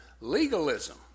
legalism